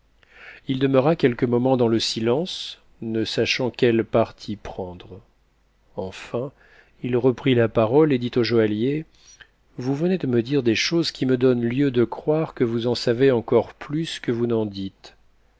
il demeura quelques moments ms c silence ne sachant quel parti prendre enfin il reprit la parole pt dit au joaillier vous venez de me dire des choses qui me donnent lieu de croire que vous en savez encore plus que vous n'en dites